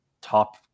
top